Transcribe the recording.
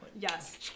Yes